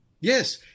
Yes